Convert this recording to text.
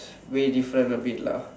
way different a bit lah